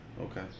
Okay